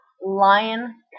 lion